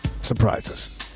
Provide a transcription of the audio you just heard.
Surprises